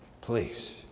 please